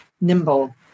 nimble